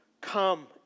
come